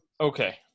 okay